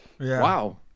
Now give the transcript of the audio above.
Wow